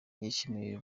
yishimiye